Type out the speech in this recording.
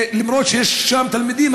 כי שיש שם הרבה תלמידים